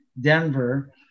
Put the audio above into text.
Denver